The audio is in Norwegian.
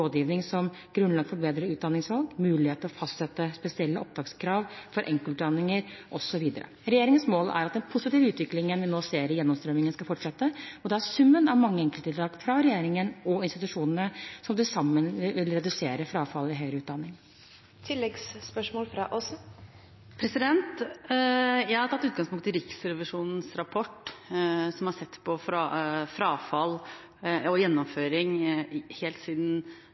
som grunnlag for bedre utdanningsvalg, mulighet til å fastsette spesielle opptakskrav for enkeltutdanninger, osv. Regjeringens mål er at den positive utviklingen vi nå ser i gjennomstrømmingen, skal fortsette, og det er summen av mange enkelttiltak fra regjeringen og institusjonene som til sammen vil redusere frafall i høyere utdanning. Jeg har tatt utgangspunkt i Riksrevisjonens rapport, som har sett på frafall og gjennomføring helt siden